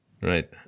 right